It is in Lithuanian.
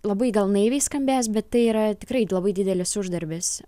labai gal naiviai skambės bet tai yra tikrai labai didelis uždarbis